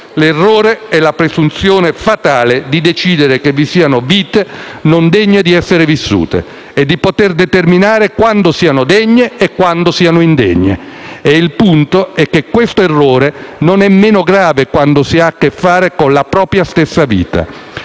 L'errore è la presunzione fatale di poter decidere che vi siano vite non degne di essere vissute, e di poter determinare quando siano degne e quando siano indegne. E il punto è che questo errore non è meno grave quando si ha a che fare con la propria stessa vita.